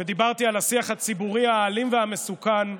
ודיברתי על השיח הציבורי האלים והמסוכן.